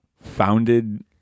founded